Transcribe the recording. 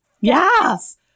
Yes